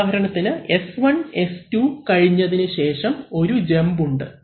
ഉദാഹരണത്തിന് S1 S2 കഴിഞ്ഞതിനുശേഷം ഒരു ജമ്പ് ഉണ്ട്